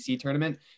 tournament